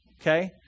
Okay